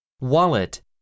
wallet